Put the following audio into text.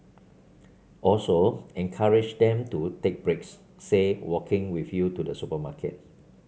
also encourage them to take breaks say walking with you to the supermarket